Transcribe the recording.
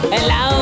Hello